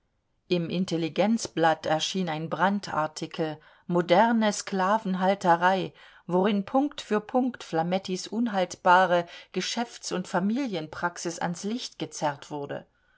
im intelligenzblatt erschien ein brandartikel moderne sklavenhalterei worin punkt für punkt flamettis unhaltbare geschäfts und familienpraxis ans licht gezerrt wurde